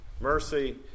mercy